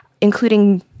including